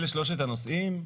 אלה שלושת הנושאים.